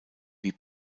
wie